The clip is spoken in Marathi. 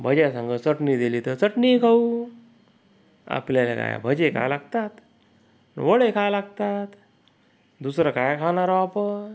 भज्यासंगं चटणी दिली तर चटणीही खाऊ आपल्याला काय आहे भजे खाय लागतात वडे खाय लागतात दुसरं काय खाणार आहो आपण